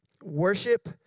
Worship